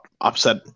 upset